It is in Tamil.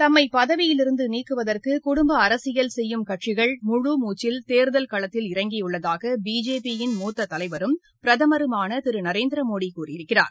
தம்மை பதவியிலிருந்து நீக்குவதற்கு குடும்ப அரசியல் செய்யும் கட்சிகள் முழு மூச்சில் தேர்தல் களத்தில் இறங்கியுள்ளதாக பிஜேபியிள் மூத்த தலைவரும் பிரதமருமான திரு நரேந்திர மோடி கூறியிருக்கிறார்